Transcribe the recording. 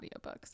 audiobooks